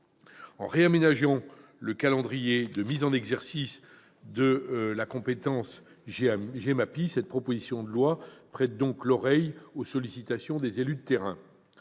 En réaménageant le calendrier de mise en oeuvre de la compétence GEMAPI, cette proposition de loi prête donc l'oreille aux sollicitations des élus de terrain.